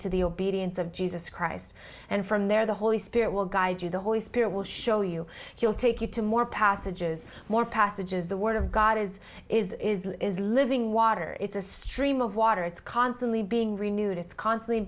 to the obedience of jesus christ and from there the holy spirit will guide you the holy spirit will show you he'll take you to more passages more passages the word of god is is is living water it's a stream of water it's constantly being renewed it's constantly